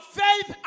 faith